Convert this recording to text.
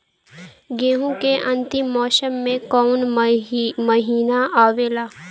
गेहूँ के अंतिम मौसम में कऊन महिना आवेला?